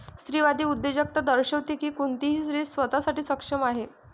स्त्रीवादी उद्योजकता दर्शविते की कोणतीही स्त्री स्वतः साठी सक्षम आहे